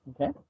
Okay